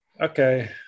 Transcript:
Okay